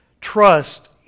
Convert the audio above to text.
trust